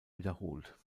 wiederholt